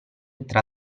tra